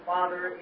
Father